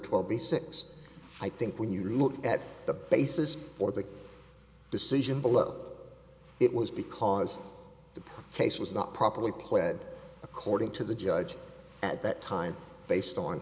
twelve b six i think when you look at the basis for the decision below it was because the case was not properly pled according to the judge at that time based on